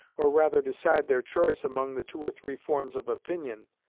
or rather decide their choice among the two or three forms of opinion,